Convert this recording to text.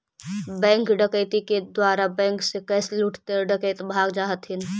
bank डकैती के द्वारा बैंक से कैश लूटके डकैत भाग जा हथिन